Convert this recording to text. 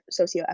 socioeconomic